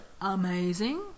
amazing